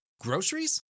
Groceries